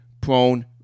prone